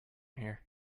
here